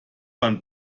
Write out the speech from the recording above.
man